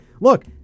look